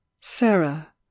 Sarah